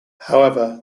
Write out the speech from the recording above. however